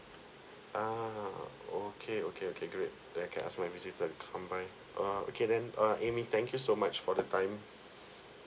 ah okay okay okay great then I can ask my visitor to come by uh okay then uh amy thank you so much for the time